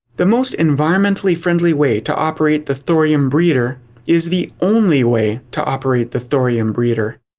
the most environmentally friendly way to operate the thorium breeder is the only way to operate the thorium breeder.